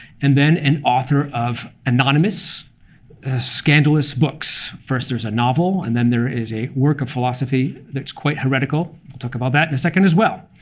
and then an author of anonymous scandalous books. first, there is a novel, and then there is a work of philosophy that's quite heretical. we'll talk about that in a second as well.